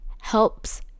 helps